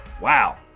Wow